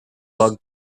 bug